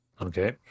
Okay